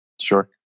Sure